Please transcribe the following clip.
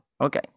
okay